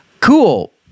cool